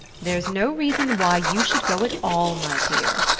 there's no reason why you should go at all, my dear,